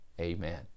Amen